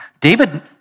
David